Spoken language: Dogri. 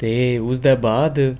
ते उसदे बाद